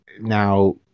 now